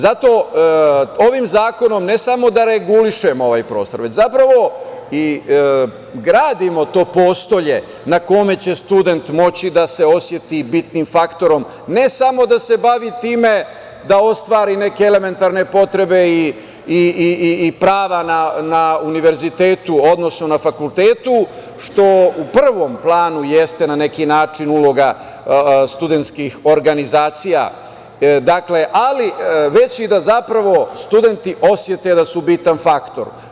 Zato, ovim zakonom ne samo da regulišemo ovaj prostor, već zapravo i gradimo to postolje na kome će student moći da se oseti bitnim faktorom, ne samo da se bavi time da ostvari neke elementarne potrebe i prava na univerzitetu, odnosno na fakultetu, što u prvom planu jeste na neki način uloga studentskih organizacija, ali već i da, zapravo, studenti osete da su bitan faktor.